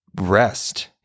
rest